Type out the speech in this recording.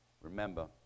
Remember